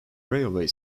railway